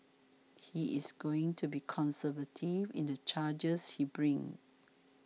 he is going to be conservative in the charges he brings